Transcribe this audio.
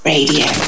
Radio